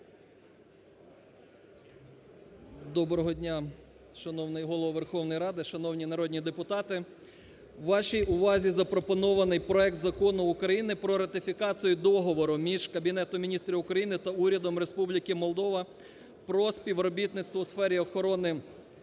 Доброго дня, шановний Голово Верховної Ради, шановні народні депутати. Вашій увазі запропонований проект Закону України про ратифікацію Договору між Кабінетом Міністрів України та Урядом Республіки Молдова про співробітництво у сфері охорони і